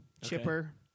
Chipper